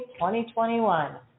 2021